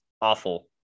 awful